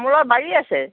তামোলৰ বাৰী আছে